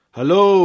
Hello